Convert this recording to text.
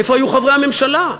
איפה היו חברי הממשלה?